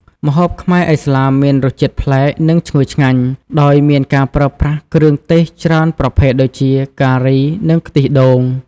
ម្ហូបខ្មែរឥស្លាមមានរសជាតិប្លែក និងឈ្ងុយឆ្ងាញ់ ដោយមានការប្រើប្រាស់គ្រឿងទេសច្រើនប្រភេទដូចជា ការី និងខ្ទិះដូង។